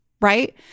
Right